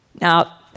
Now